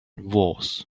was